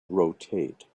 rotate